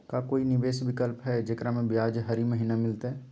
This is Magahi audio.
का कोई निवेस विकल्प हई, जेकरा में ब्याज हरी महीने मिलतई?